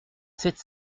sept